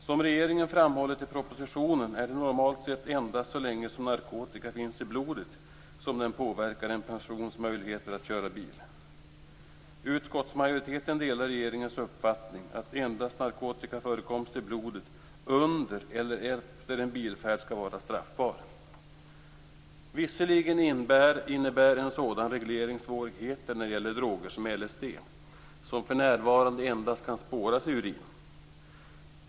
Som regeringen framhållit i propositionen är det normalt sett endast så länge som narkotika finns i blodet som den påverkar en persons möjligheter att köra bil. Utskottsmajoriteten delar regeringens uppfattning att endast narkotikaförekomst i blodet under eller efter en bilfärd skall vara straffbar. Visserligen innebär en sådan reglering svårigheter när det gäller droger som LSD, som för närvarande endast kan spåras i urin.